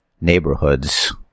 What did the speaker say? neighborhoods